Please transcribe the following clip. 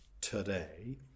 today